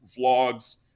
vlogs